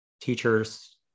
teachers